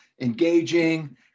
engaging